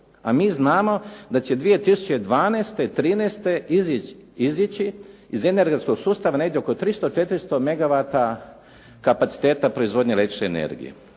a mi znamo da će 2012., 2013. izići iz energetskog sustava negdje oko 300, 400 megawata kapaciteta proizvodnje električne energije.